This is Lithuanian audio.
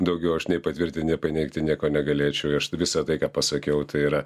daugiau aš nei patvirtint nei paneigti nieko negalėčiau aš visa tai ką pasakiau tai yra